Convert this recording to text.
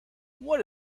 what